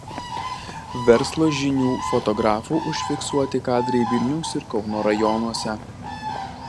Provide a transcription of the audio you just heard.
verslo žinių fotografų užfiksuoti kadrai vilniaus ir kauno rajonuose